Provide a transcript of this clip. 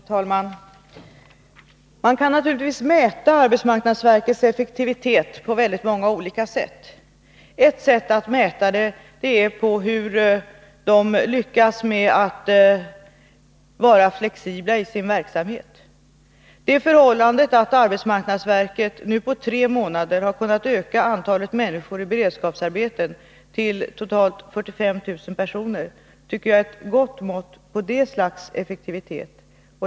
Herr talman! Man kan naturligtvis mäta arbetsmarknadsverkets effektivitet på många olika sätt. Ett sätt att mäta verkets effektivitet är att se hur det lyckats med att vara flexibelt i sin verksamhet. Det förhållandet att arbetsmarknadsverket nu på tre månader har kunnat öka antalet människor i beredskapsarbeten till totalt 45 000 personer tycker jag är ett gott mått på effektivitet av det slaget.